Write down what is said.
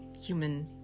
human